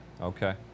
Okay